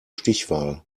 stichwahl